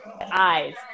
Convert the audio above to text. eyes